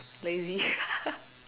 lazy